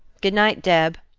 good-night, deb,